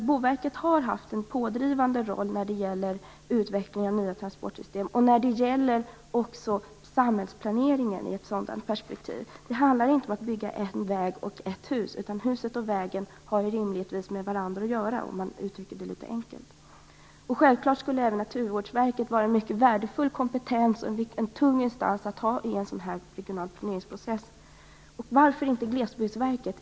Boverket har haft en pådrivande roll när det gäller utvecklingen av nya transportsystem och även när det gäller samhällsplaneringen i ett sådant perspektiv. Det handlar inte om att bygga en väg och ett hus, utan huset och vägen har rimligen med varandra att göra, om man uttrycker det litet enkelt. Självklart skulle även Naturvårdsverket vara en mycket värdefull kompetens och en tung instans att ha i en regional planeringsprocess. Och varför inte Glesbygdsverket?